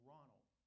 Ronald